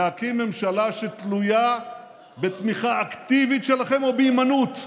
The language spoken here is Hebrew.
להקים ממשלה שתלויה בתמיכה אקטיבית שלכם או בהימנעות.